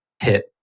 hit